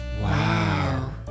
Wow